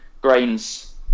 grains